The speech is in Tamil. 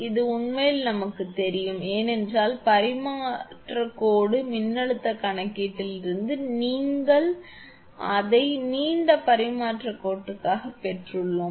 இது உண்மையில் நமக்குத் தெரியும் ஏனென்றால் பரிமாற்றக் கோடு மின்னழுத்தக் கணக்கீட்டில் இருந்து நாம் அதை நீண்ட பரிமாற்றக் கோட்டிற்காகப் பெற்றுள்ளோம்